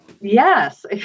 Yes